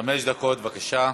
חמש דקות, בבקשה.